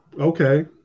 Okay